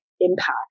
impact